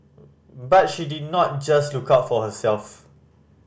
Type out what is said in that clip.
but she did not just look out for herself